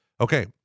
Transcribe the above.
Okay